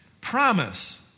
promise